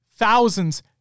thousands